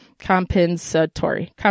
compensatory